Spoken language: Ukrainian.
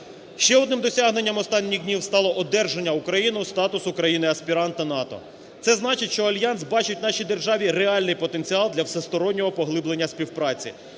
Ще одним досягнення останніх днів стало одержання Україною статусу Україною аспіранта НАТО. Це значить, що Альянс бачить в нашій державі реальний потенціал для всестороннього поглиблення співпраці,